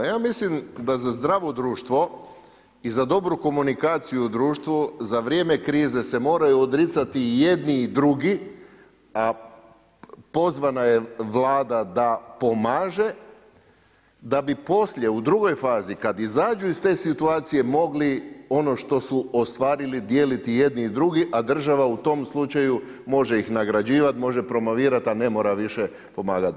Ja mislim da za zdravo društvo i za dobru komunikaciju u društvu za vrijeme krize se moraju odricati i jedni i drugi, a pozvana je Vlada da pomaže, da bi poslije, u drugoj fazi, kad izađu iz te situacije mogli ono što su ostvarili dijeliti jedni i drugi, a država u tom slučaju mora ih nagrađivati, može promovirati, a ne mora više pomagati.